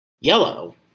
Yellow